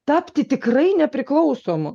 tapti tikrai nepriklausomu